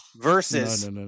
versus